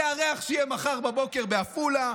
זה הריח שיהיה מחר בבוקר בעפולה,